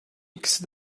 ikisi